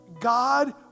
God